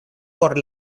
por